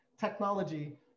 technology